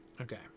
Okay